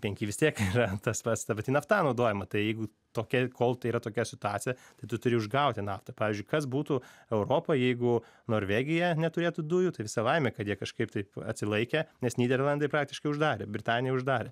penki vis tiek yra tas pats ta pati nafta naudojama tai jeigu tokia kol tai yra tokia situacija tai tu turi išgauti naftą pavyzdžiui kas būtų europoj jeigu norvegija neturėtų dujų tai visa laimė kad jie kažkaip taip atsilaikė nes nyderlandai praktiškai uždarė britanija uždarė